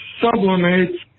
sublimates